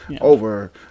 over